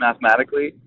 mathematically